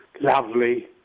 Lovely